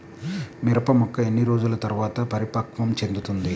మిరప మొక్క ఎన్ని రోజుల తర్వాత పరిపక్వం చెందుతుంది?